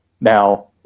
now